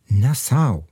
ne sau